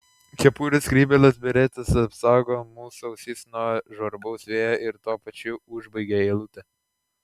kepurės skrybėlės beretės apsaugo mūsų ausis nuo žvarbaus vėjo ir tuo pačiu užbaigia eilutę